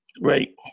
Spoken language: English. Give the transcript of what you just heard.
Right